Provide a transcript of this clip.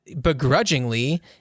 begrudgingly